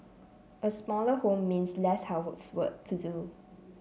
a smaller home means less housework to do